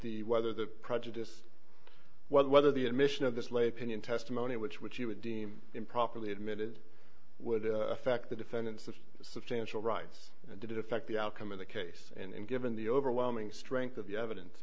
the whether the prejudice well whether the admission of this lay pinion testimony which which he would deem improperly admitted would affect the defendants with substantial rights and did it affect the outcome of the case and given the overwhelming strength of the evidence